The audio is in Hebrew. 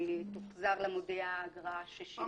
תוחזר למודיע האגרה ששילם.